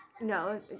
No